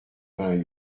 vingt